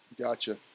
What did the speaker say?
Gotcha